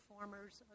performer's